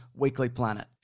weeklyplanet